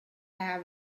have